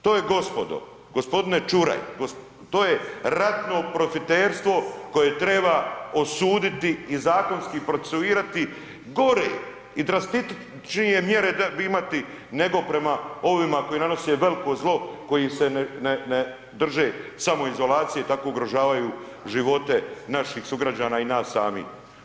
To je gospodo, gospodine Čuraj to je ratno profiterstvo koje treba osuditi i zakonski procesuirati gore i drastičnije mjere imati nego prema ovima koji nanose veliko zlo koje se ne drže samoizolacije i tako ugrožavaju živote naših sugrađana i nas samih.